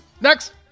Next